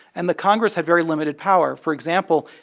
and the congress had very limited power. for example,